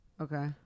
Okay